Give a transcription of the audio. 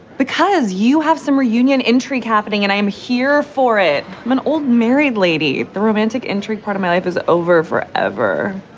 because you have some re-union, intrigue happening. and i'm here for it. i'm an old married lady. the romantic. part of my life is over forever.